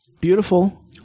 Beautiful